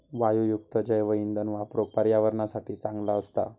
वायूयुक्त जैवइंधन वापरुक पर्यावरणासाठी चांगला असता